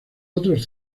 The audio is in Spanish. otros